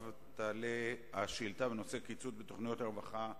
הבאה: קיצוץ בתוכנית הרווחה החינוכית.